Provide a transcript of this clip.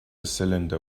cylinder